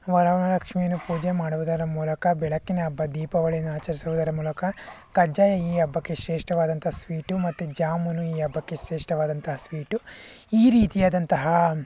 ವರಮಹಾಲಕ್ಷ್ಮಿಯನ್ನು ಪೂಜೆ ಮಾಡುವುದರ ಮೂಲಕ ಬೆಳಕಿನ ಹಬ್ಬ ದೀಪಾವಳಿನ ಆಚರಿಸುವುದರ ಮೂಲಕ ಕಜ್ಜಾಯ ಈ ಹಬ್ಬಕ್ಕೆ ಶ್ರೇಷ್ಠವಾದಂಥ ಸ್ವೀಟು ಮತ್ತು ಜಾಮೂನು ಈ ಹಬ್ಬಕ್ಕೆ ಶ್ರೇಷ್ಠವಾದಂಥ ಸ್ವೀಟು ಈ ರೀತಿಯಾದಂತಹ